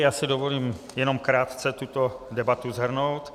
Já si dovolím jenom krátce tuto debatu shrnout.